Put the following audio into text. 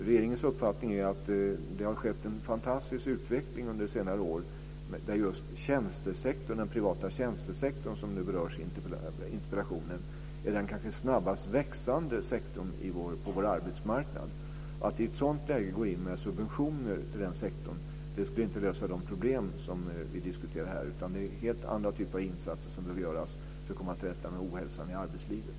Regeringens uppfattning är att det har skett en fantastisk utveckling under senare år, där just den privata tjänstesektorn, som berörs i interpellationen, är den kanske snabbast växande sektorn på vår arbetsmarknad. Att i ett sådant läge gå in med subventioner till denna sektor skulle inte lösa de problem som vi diskuterar här, utan det är helt andra typer av insatser som behöver göras för att komma till rätta med ohälsan i arbetslivet.